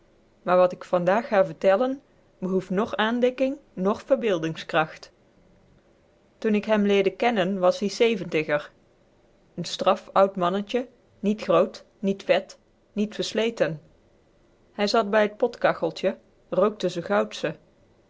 maar wat k vandaag ga vertellen behoeft noch aandikking nch verbeeldingskracht toen k hem leerde kennen was-ie zeventiger n straf oud mannetje niet groot niet vet niet versleten hij zat bij het potkacheltje rookte z'n goudsche